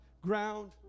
ground